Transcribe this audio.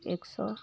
एक सओ